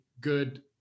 Good